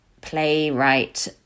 playwright